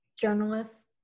Journalists